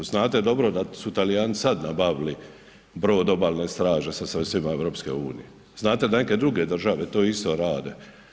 Znate dobro da su Talijani sad nabavili brod Obalne straže sa sredstvima EU-a, znate da neke druge države to isto rade.